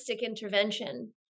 intervention